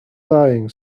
dying